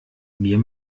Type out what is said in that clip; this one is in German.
mir